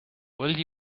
will